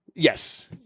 Yes